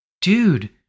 dude